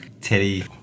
Teddy